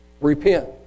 repent